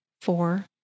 four